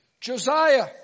Josiah